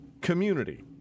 community